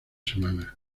semanas